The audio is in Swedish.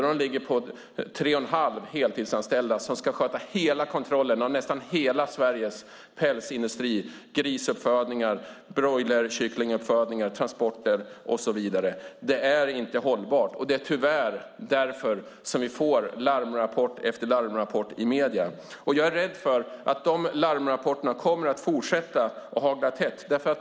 Blekinge har 3 1⁄2 heltidsanställda som ska sköta kontrollen av nästan hela Sveriges pälsindustri, grisuppfödning, broileruppfödning, transporter och så vidare. Det är inte hållbart. Det är därför vi får den ena larmrapporten efter den andra i medierna. Jag är rädd för att de larmrapporterna kommer att fortsätta att hagla tätt.